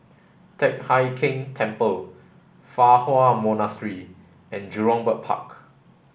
Teck Hai Keng Temple Fa Hua Monastery and Jurong Bird Park